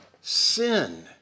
sin